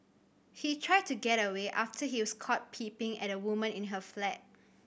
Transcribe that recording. he tried to get away after he was caught peeping at a woman in her flat